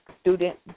student